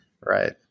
right